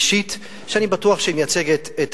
אישית, שאני בטוח שהיא מייצגת את